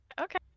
Okay